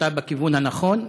החלטה בכיוון הנכון,